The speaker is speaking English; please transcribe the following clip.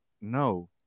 no